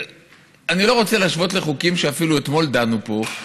אני לא רוצה להשוות לחוקים שאפילו אתמול דנו בהם פה.